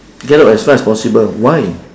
get out as fast as possible why